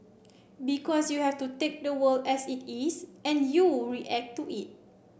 because you have to take the world as it is and you react to it